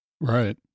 Right